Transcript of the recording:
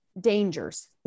Dangers